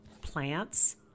plants